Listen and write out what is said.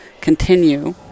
continue